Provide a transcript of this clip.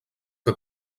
que